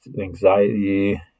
anxiety